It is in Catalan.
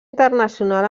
internacional